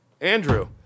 Andrew